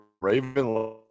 Raven